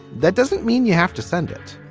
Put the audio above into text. that doesn't mean you have to send it